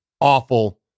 awful